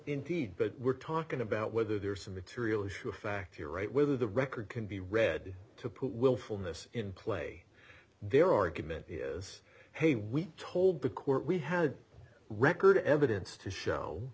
indeed but we're talking about whether there's a material issue of fact you're right whether the record can be read to put willfulness in play their argument is hey we told the court we had record evidence to show